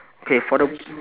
okay for the